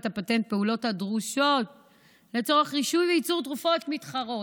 הפטנט פעולות הדרושות לצורך רישוי וייצור תרופות מתחרות.